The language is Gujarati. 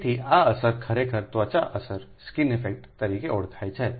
તેથી આ અસર ખરેખર ત્વચા અસર તરીકે ઓળખાય છે